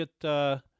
get –